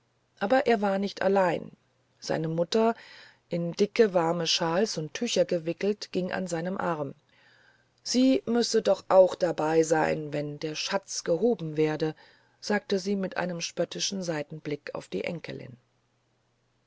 aber er war nicht allein seine mutter in dicke warme shawls und tücher gewickelt ging an seinem arm sie müsse doch auch dabei sein wenn der schatz gehoben werde sagte sie mit einem spöttischen seitenblick auf die enkelin